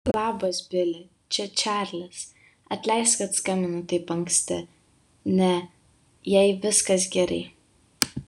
labas bili čia čarlis atleisk kad skambinu taip anksti ne jai viskas gerai